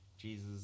Jesus